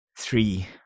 three